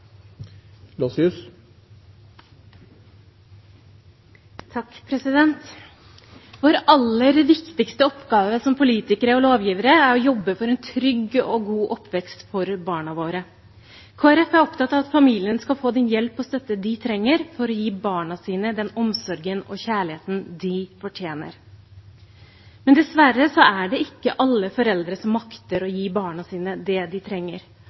har iverksatt. Vår aller viktigste oppgave som politikere og lovgivere er å jobbe for en trygg og god oppvekst for barna våre. Kristelig Folkeparti er opptatt av at familiene skal få den hjelp og støtte de trenger for å gi barna sine den omsorgen og kjærligheten de fortjener. Dessverre er det ikke alle foreldre som makter å gi barna sine det de trenger.